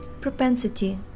propensity